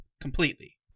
completely